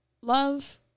love